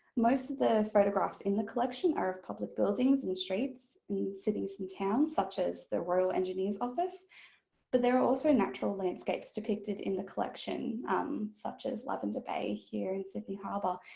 most of the photographs in the collection are of public buildings and streets and cities and towns such as the royal engineers' office but there are also natural landscapes depicted in the collection such as lavender bay here in sydney harbour.